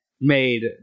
made